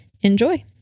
Enjoy